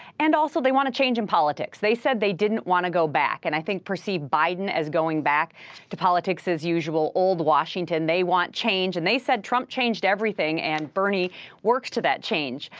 and, also, they want a change in politics. they said they didn't want to go back, and i think perceive biden as going back to politics as usual, old washington. they want change. and they said trump changed everything, and bernie works to that change.